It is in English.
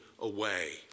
away